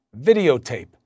videotape